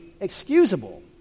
excusable